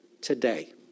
today